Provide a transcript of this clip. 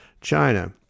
China